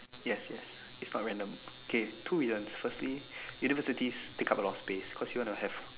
yes yes it's not random kay two reasons firstly universities take up a lot of space cause you wanna have